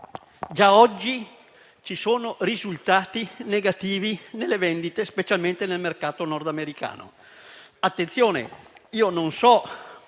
Già oggi ci sono risultati negativi nelle vendite, specialmente nel mercato nordamericano. Io non so